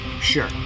Sure